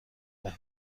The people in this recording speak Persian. دهیم